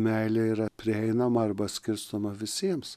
meilė yra prieinama arba skirstoma visiems